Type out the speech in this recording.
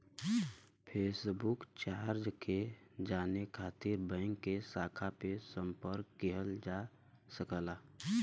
chequebook charge के जाने खातिर बैंक के शाखा पे संपर्क किहल जा सकला